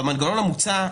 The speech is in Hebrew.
במנגנון המוצע,